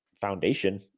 foundation